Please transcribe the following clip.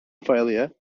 failure